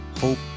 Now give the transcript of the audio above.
hope